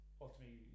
ultimately